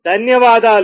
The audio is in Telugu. ధన్యవాదాలు